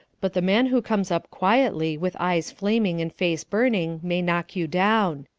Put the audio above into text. but the man who comes up quietly with eyes flaming and face burning may knock you down.